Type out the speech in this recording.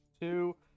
two